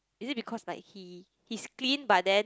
it is because like he he's clean but then